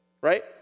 Right